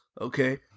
okay